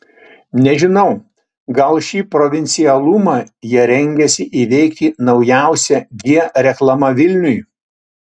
nežinau gal šį provincialumą jie rengiasi įveikti naujausia g reklama vilniui